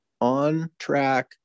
on-track